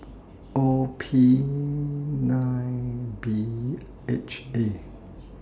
O P nine B H A